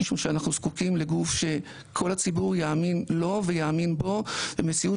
משום שאנחנו זקוקים לגוף שכל הציבור יאמין לו ויאמין בו במציאות